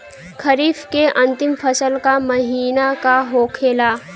खरीफ के अंतिम फसल का महीना का होखेला?